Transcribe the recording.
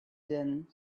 din